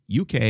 UK